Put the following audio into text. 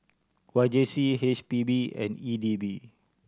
Y J C H P B and E D B